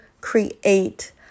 create